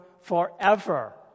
forever